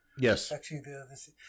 Yes